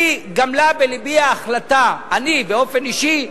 גמלה בלבי ההחלטה, אני באופן אישי,